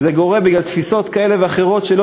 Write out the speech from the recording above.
זה נגרם בגלל תפיסות כאלה ואחרות כך שלא